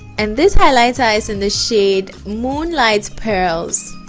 and this highlights eyes in the shade moonlight pearls